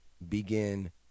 begin